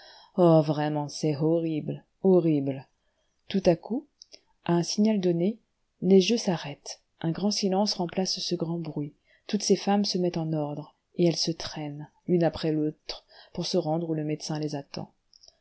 oh vraiment c'est horrible horrible tout à coup à un signal donné les jeux s'arrêtent un grand silence remplace ce grand bruit toutes ces femmes se mettent en ordre et elles se traînent l'une après l'autre pour se rendre où le médecin les attend